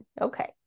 okay